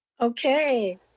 Okay